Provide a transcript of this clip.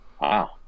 wow